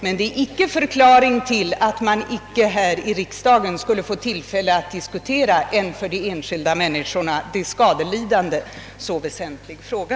Men det är icke en förklaring till att man här i riksdagen inte skulle få tillfälle att diskutera en för de enskilda människorna — de skadelidande — så väsentlig fråga.